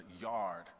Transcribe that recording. yard